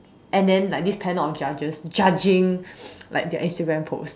and then like this panel of judges judging like their Instagram post